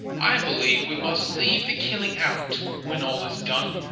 i believe we must leave the killing out, when all is done.